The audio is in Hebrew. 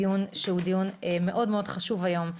אנחנו מתחילים דיון מאוד חשוב היום,